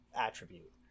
Attribute